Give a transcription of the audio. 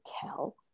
tell